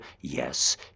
yes